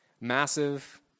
massive